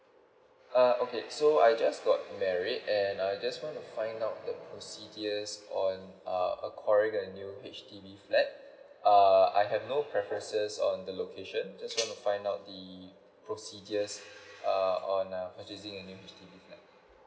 uh okay so I just got married and I just want to find out the procedures on uh acquiring a new H_D_B flat err I have no preferences on the location just want to find out the procedures err on uh purchasing a new H_D_B flat